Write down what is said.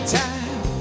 time